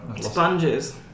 Sponges